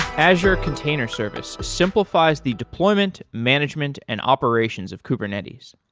azure container service simplifies the deployment, management and operations of kubernetes.